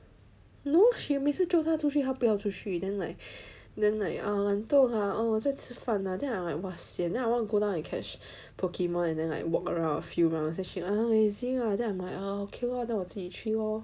no she 每次 jio 他出去他不要出去 then like then like err 懒惰 lah err 我在吃饭 ah then I !wah! sian then I want to go down and catch Pokemon and then like walk around a few rounds then she like don't want lah lazy lah then I'm like oh okay lor then 我自己去 lor